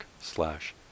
slash